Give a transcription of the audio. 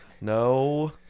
no